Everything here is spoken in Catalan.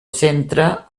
centre